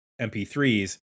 mp3s